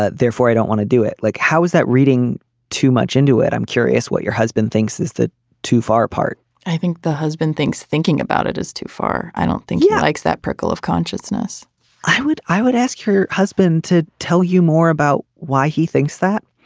therefore i don't want to do it. like how is that reading too much into it. i'm curious what your husband thinks is that too far apart i think the husband thinks thinking about it is too far. i don't think he yeah likes that prickle of consciousness i would i would ask her husband to tell you more about why he thinks that.